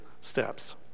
steps